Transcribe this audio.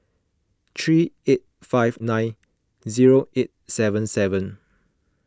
three eight five nine zero eight seven seven